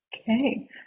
okay